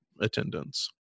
attendance